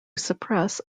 suppress